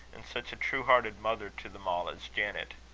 and such a true-hearted mother to them all as janet.